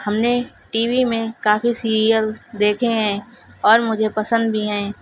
ہم نے TV میں کافی سیریل دیکھے ہیں اور مجھے پسند بھی ہیں